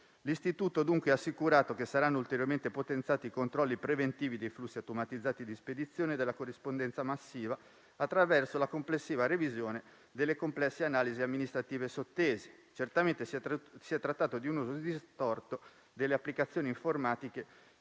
L'Istituto, dunque, ha assicurato che saranno ulteriormente potenziati i controlli preventivi dei flussi automatizzati di spedizione della corrispondenza massiva attraverso la complessiva revisione delle complesse analisi amministrative sottese. Certamente si è trattato di un uso distorto delle applicazioni informatiche,